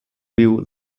viu